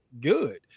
good